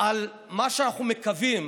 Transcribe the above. על מה שאנחנו מקווים.